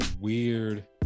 weird